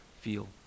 feel